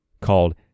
called